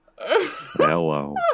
hello